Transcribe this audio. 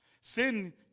Sin